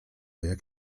jak